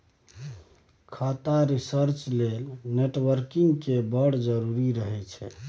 खाता रिसर्च लेल नेटवर्किंग केर बड़ जरुरी रहय छै